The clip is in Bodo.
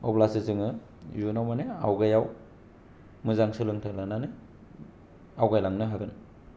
अब्लासो जोंङो इयुनाव माने आवगायाव मोजां सोलोंथाइ लानानै आवगाय लांनो हागोन